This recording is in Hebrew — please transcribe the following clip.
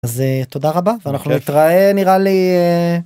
אז תודה רבה ואנחנו נתראה נראה לי.